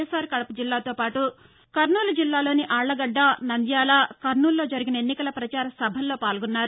ఎస్సార్ కడప జిల్లాతో పాటు కర్నూలు జిల్లాలోని ఆళ్లగడ్డ నంద్యాల కర్నూలులో జరిగిన ఎన్నికల ప్రచార సభల్లో పాల్గొన్నారు